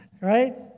right